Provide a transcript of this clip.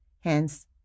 Hence